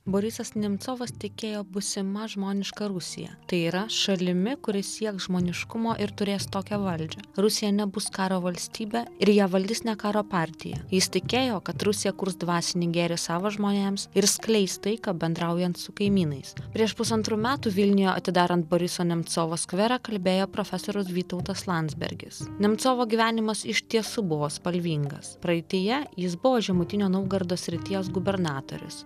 borisas nemcovas tikėjo būsima žmoniška rusija tai yra šalimi kuri sieks žmoniškumo ir turės tokią valdžią rusija nebus karo valstybė ir ją valdys ne karo partija jis tikėjo kad rusija kurs dvasinį gėrį savo žmonėms ir skleis taiką bendraujant su kaimynais prieš pusantrų metų vilniuje atidarant boriso nemcovo skverą kalbėjo profesorius vytautas landsbergis nemcovo gyvenimas iš tiesų buvo spalvingas praeityje jis buvo žemutinio naugardo srities gubernatorius